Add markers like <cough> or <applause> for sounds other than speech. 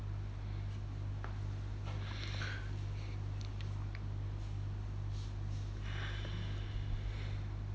<breath>